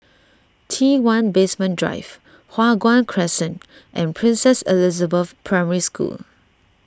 T one Basement Drive Hua Guan Crescent and Princess Elizabeth Primary School